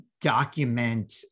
document